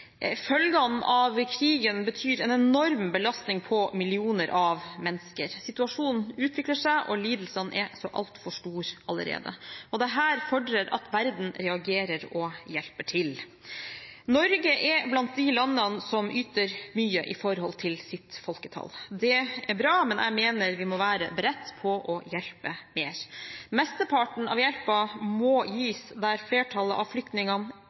Følgene av krigen betyr en enorm belastning på millioner av mennesker. Situasjonen utvikler seg, og lidelsene er så altfor store allerede. Dette fordrer at verden reagerer og hjelper til. Norge er blant de landene som yter mye i forhold til sitt folketall. Det er bra, men jeg mener vi må være beredt på å hjelpe mer. Mesteparten av hjelpen må gis der flertallet av flyktningene